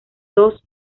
dos